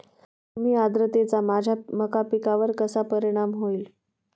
कमी आर्द्रतेचा माझ्या मका पिकावर कसा परिणाम होईल?